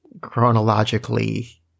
chronologically